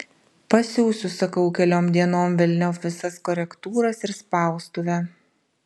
pasiųsiu sakau keliom dienom velniop visas korektūras ir spaustuvę